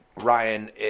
Ryan